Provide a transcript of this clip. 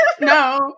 No